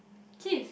Keith